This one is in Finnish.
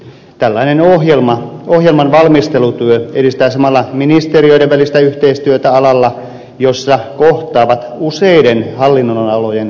tällainen ohjelman valmistelutyö edis tää samalla ministeriöiden välistä yhteistyötä alalla jolla kohtaavat useiden hallinnonalojen toiminta